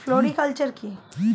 Floriculture কি?